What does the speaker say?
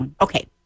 Okay